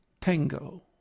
tango